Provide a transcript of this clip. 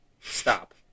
Stop